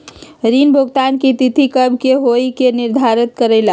ऋण भुगतान की तिथि कव के होई इ के निर्धारित करेला?